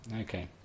Okay